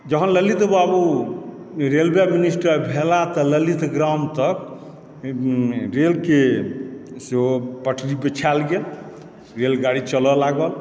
जहन ललित बाबु railway minister भेला तऽ ललित ग्राम तक रेलके सेहो पटरी बिछायल गेल रेलगाड़ी चलऽ लागल